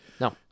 no